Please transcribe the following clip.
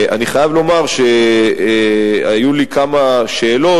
אני חייב לומר שהיו לי כמה שאלות,